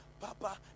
Papa